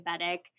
diabetic